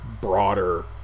broader